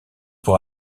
pour